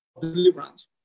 deliverance